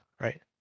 right